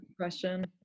question